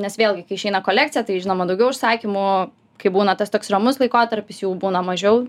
nes vėlgi kai išeina kolekcija tai žinoma daugiau užsakymų kai būna tas toks ramus laikotarpis jų būna mažiau